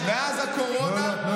מאז הקורונה, אתה לא הסכמת, לא, לא.